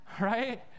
right